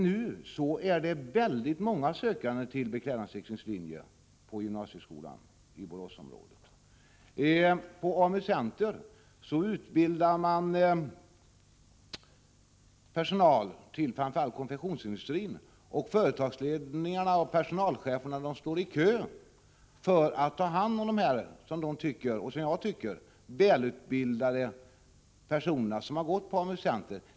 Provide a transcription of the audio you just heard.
Nu finns det väldigt många sökande till beklädnadsteknisk linje på gymnasieskolan i Boråsområdet. På AMU-Center utbildar man personal till framför allt konfektionsindustrin, och företagsledningarna och personalcheferna står i kö för att ta hand om de — som jag och de tycker — välutbildade personer som går ut från AMU-Center.